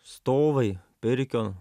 stovai pirkion